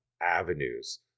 avenues